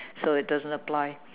so it doesn't apply